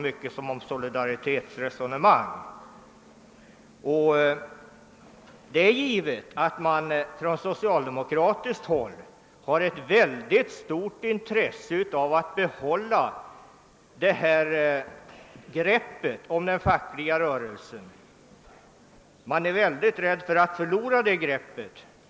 Men det är givet att socialdemokraterna har stort intresse av att behålla detta grepp om den fackliga rörelsen och är rädda för att förlora det.